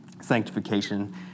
sanctification